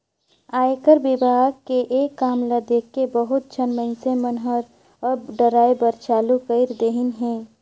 आयकर विभाग के ये काम ल देखके बहुत झन मइनसे मन हर अब डराय बर चालू कइर देहिन हे